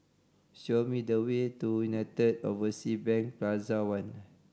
show me the way to United Oversea Bank Plaza One